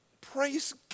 Praise